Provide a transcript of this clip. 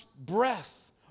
breath